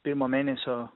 pirmo mėnesio